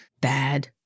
bad